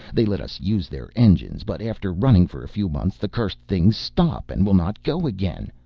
they let us use their engines, but after running for a few months the cursed things stop and will not go again,